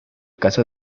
caso